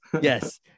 Yes